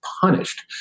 punished